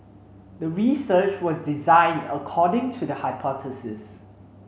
the research was designed according to the hypothesis